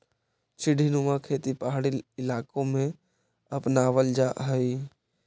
सीढ़ीनुमा खेती पहाड़ी इलाकों में अपनावल जा हई